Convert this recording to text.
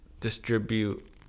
distribute